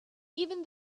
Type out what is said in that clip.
even